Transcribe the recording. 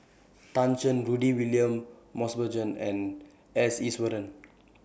Tan Shen Rudy William Mosbergen and S Iswaran